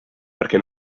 perquè